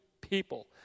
people